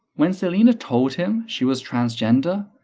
when selena told him she was transgender,